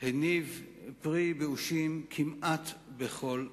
הניב פרי באושים כמעט בכל תחום.